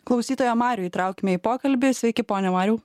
klausytoją marių įtraukime į pokalbį sveiki pone mariau